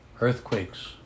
earthquakes